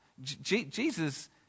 Jesus